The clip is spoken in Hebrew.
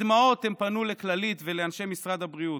בדמעות הם פנו לכללית ולאנשי משרד הבריאות,